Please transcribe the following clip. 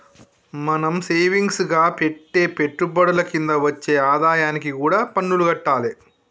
మనం సేవింగ్స్ గా పెట్టే పెట్టుబడుల కింద వచ్చే ఆదాయానికి కూడా పన్నులు గట్టాలే